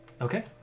Okay